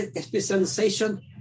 specialization